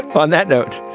on that note,